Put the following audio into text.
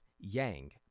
yang